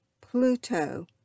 Pluto